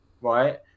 right